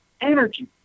Energy